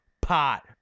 pot